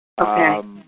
Okay